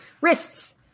wrists